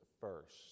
first